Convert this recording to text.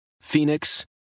Phoenix